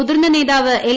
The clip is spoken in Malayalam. മുതിർന്ന നേതാവ് എൽ